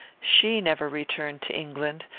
she never returned to england,